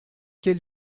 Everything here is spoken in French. quel